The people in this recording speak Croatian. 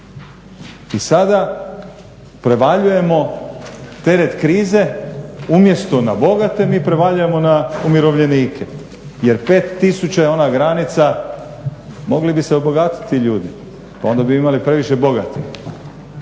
I sada prevaljujemo teret krize umjesto na bogate, mi prevaljujemo na umirovljenike. Jer 5 tisuća je ona granica, mogli bi se obogatiti ljudi pa onda bi imali previše bogatih.